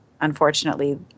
unfortunately